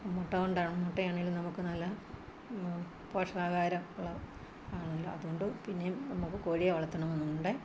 മുട്ട കൊണ്ടാണ് മുട്ടയാണേൽ നമുക്കു നല്ല പോഷകാഹാരം ഉള്ളതാണല്ലോ അതുകൊണ്ട് പിന്നെയും നമുക്ക് കോഴിയെ വളത്തണമെന്നുണ്ട്